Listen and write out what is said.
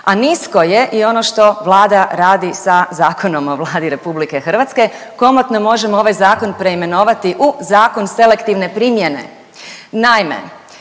A nisko je i ono što Vlada radi sa Zakonom o Vladi Republike Hrvatske. Komotno možemo ovaj zakon preimenovati u zakon selektivne primjene.